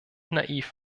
naiv